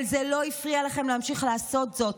אבל זה לא הפריע לכם להמשיך לעשות זאת